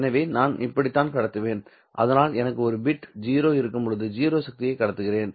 எனவே நான் இப்படித்தான் கடத்துவேன் அதனால் எனக்கு ஒரு பிட் 0 இருக்கும்போது 0 சக்திகளை கடத்துகிறேன்